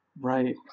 Right